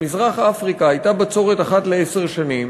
במזרח אפריקה הייתה בצורת אחת לעשר שנים,